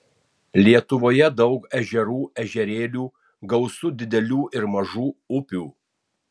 lietuvoje daug ežerų ežerėlių gausu didelių ir mažų upių